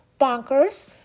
Bonkers